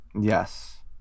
Yes